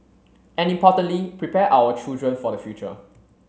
and importantly prepare our children for the future